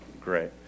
Great